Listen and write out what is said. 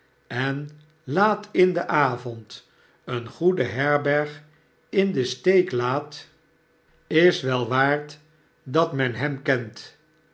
en laat in den avond eene goede herberg in den steek laat is wel onbesuisd rijden waard dat men hem kent